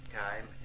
time